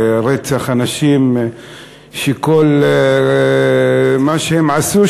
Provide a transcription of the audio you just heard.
רצח אנשים שכל מה שהם עשו,